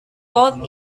caught